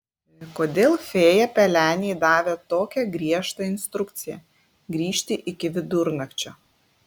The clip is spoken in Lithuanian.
kodėl fėja pelenei davė tokią griežtą instrukciją grįžti iki vidurnakčio